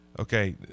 Okay